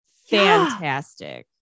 fantastic